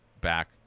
back